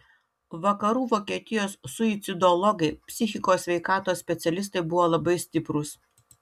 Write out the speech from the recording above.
vakarų vokietijos suicidologai psichikos sveikatos specialistai buvo labai stiprūs